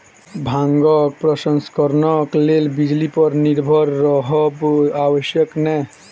भांगक प्रसंस्करणक लेल बिजली पर निर्भर रहब आवश्यक नै